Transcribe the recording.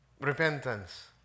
Repentance